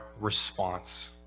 response